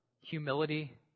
humility